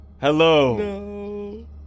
Hello